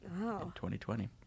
2020